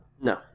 No